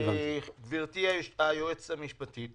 גברתי היועצת המשפטית,